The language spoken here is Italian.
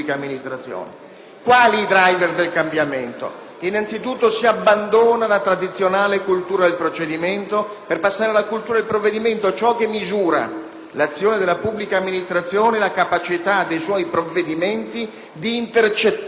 Quali sono i *driver* del cambiamento? Innanzitutto, si abbandona la tradizionale cultura del procedimento per passare alla cultura del provvedimento: ciò che misura infatti l'azione della pubblica amministrazione è la capacità dei suoi provvedimenti di intercettare